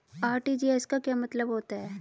RTGS का क्या मतलब होता है?